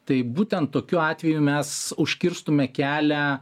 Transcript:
tai būtent tokiu atveju mes užkirstume kelią